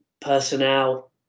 personnel